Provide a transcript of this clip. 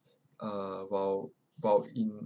uh while while in